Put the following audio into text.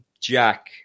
Jack